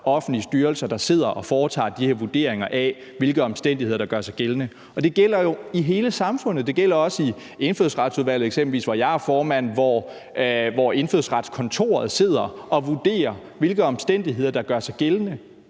offentlige styrelser, der sidder og foretager de her vurderinger af, hvilke omstændigheder der gør sig gældende, og det gælder jo i hele samfundet. Det gælder eksempelvis også i Indfødsretsudvalget, hvor jeg er formand. Indfødsretskontoret sidder og vurderer, hvilke omstændigheder der gør sig gældende